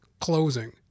Closing